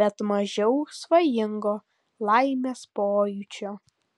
bet mažiau svajingo laimės pojūčio